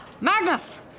Magnus